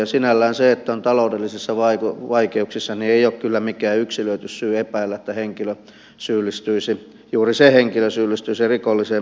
ja sinällään se että on taloudellisissa vaikeuksissa ei ole kyllä mikään yksilöity syy epäillä että juuri se henkilö syyllistyisi rikolliseen menettelyyn